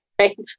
right